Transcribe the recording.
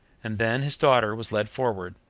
and then his daughter was led forward,